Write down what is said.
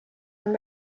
and